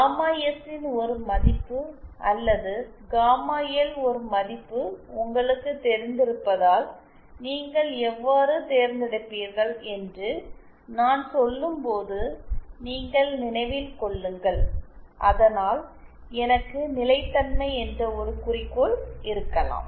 gamma S ன் ஒரு மதிப்பு அல்லது காமா எல் ஒரு மதிப்பு உங்களுக்குத் தெரிந்திருப்பதால் நீங்கள் எவ்வாறு தேர்ந்தெடுப்பீர்கள் என்று நான் சொல்லும்போது நீங்கள் நினைவில் கொள்ளுங்கள் அதனால் எனக்கு நிலைத்தன்மை என்ற ஒரு குறிக்கோள் இருக்கலாம்